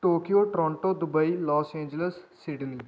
Tokyo Toronto Dubai Los Angeles Sydney